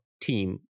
team